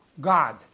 God